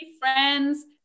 friends